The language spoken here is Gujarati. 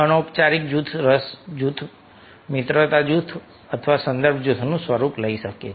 અનૌપચારિક જૂથો રસ જૂથો મિત્રતા જૂથો અથવા સંદર્ભ જૂથનું સ્વરૂપ લઈ શકે છે